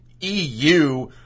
EU